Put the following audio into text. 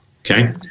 Okay